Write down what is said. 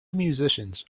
musicians